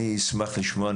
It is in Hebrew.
אני אשמח לשמוע.